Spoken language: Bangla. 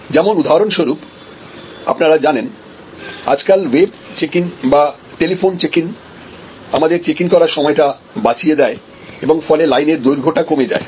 যেমন উদাহরণস্বরূপ আপনারা জানেন আজকাল ওয়েব চেক ইন বা টেলিফোন চেক ইন আমাদের চেক ইন করার সময়টা বাঁচিয়ে দেয় এবং ফলে লাইনের দৈর্ঘ্য টা কমে যায়